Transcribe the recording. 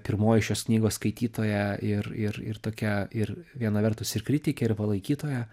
pirmoji šios knygos skaitytoja ir ir ir tokia ir viena vertus ir kritikė ir palaikytoja